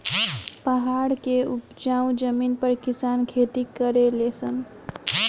पहाड़ के उपजाऊ जमीन पर किसान खेती करले सन